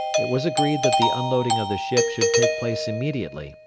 it was agreed that the unloading of the ship should take place immediately,